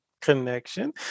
connection